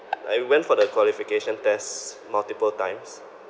I went for the qualification test multiple times